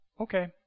okay